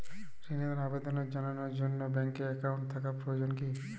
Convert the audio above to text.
ঋণের আবেদন জানানোর জন্য ব্যাঙ্কে অ্যাকাউন্ট থাকা প্রয়োজন কী?